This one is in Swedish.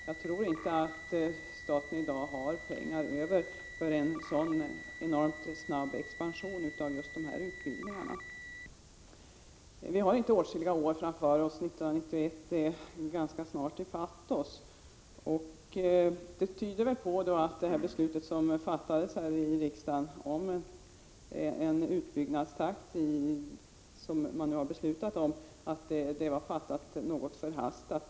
Jag tror inte att staten i dag har pengar över för en så enormt snabb expansion av de utbildningar det gäller. Det är inget stort antal år kvar fram till 1991, och man måste säga att beslutet om en så snabb utbyggnadstakt var något förhastat.